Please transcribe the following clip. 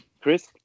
Chris